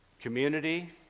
community